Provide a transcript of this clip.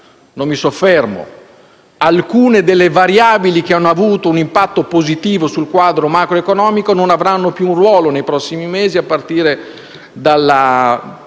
Non mi soffermo sul fatto che alcune delle variabili che hanno avuto un impatto positivo sul quadro macroeconomico non avranno più un ruolo nei prossimi mesi, a partire dalla